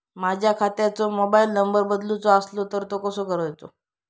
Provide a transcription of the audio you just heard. माझ्या खात्याचो mobile number बदलुचो असलो तर तो कसो करूचो?